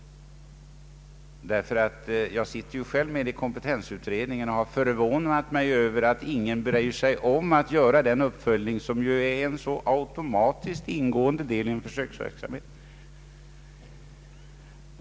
Jag sitter själv med i kompetensutredningen och har förvånat mig över att ingen bryr sig om att göra den uppföljning som borde vara en automatiskt ingående del i en försöksverksamhet.